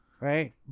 Right